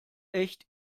echt